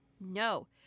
no